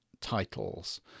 titles